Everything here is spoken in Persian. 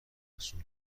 محصول